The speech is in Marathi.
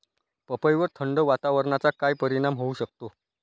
पपईवर थंड वातावरणाचा काय परिणाम होऊ शकतो?